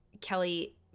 kelly